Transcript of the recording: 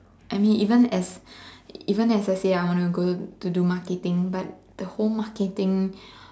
I mean even as even as I say I want to go do marketing but the whole marketing